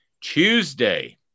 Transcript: Tuesday